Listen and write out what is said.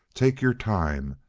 take your time.